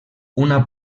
una